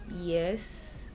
yes